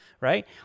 Right